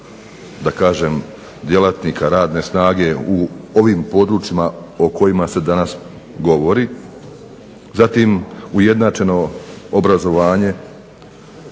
da kažem djelatnika radne snage u ovim područjima o kojima se danas govori. Zatim ujednačeno obrazovanje